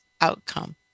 outcome